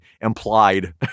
implied